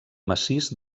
massís